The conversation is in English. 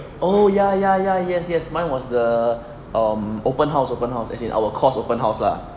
oh ya ya ya yes yes mine was the um open house open house as in our course open house lah